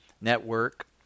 Network